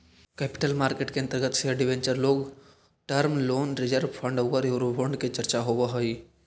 capital market के अंतर्गत share debenture long term loan reserve fund औउर यूरोबोंड के चर्चा होवऽ हई